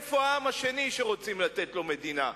איפה העם השני שרוצים לתת לו מדינה.